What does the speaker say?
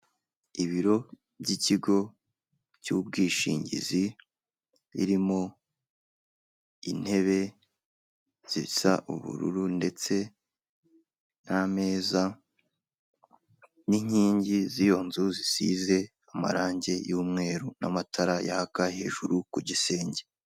Ibiro by'ikigo cy'ubwishingizi birimo intebe zisa ubururu ndetse n'ameza n'inkingi z'iyo nzu zisize amarangi y'mweru n'amatara yaka hejuru ku gisenge.